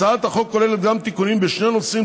הצעת החוק כוללת גם תיקונים בשני נושאים